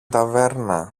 ταβέρνα